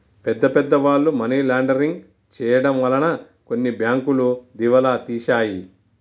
పెద్ద పెద్ద వాళ్ళు మనీ లాండరింగ్ చేయడం వలన కొన్ని బ్యాంకులు దివాలా తీశాయి